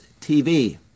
TV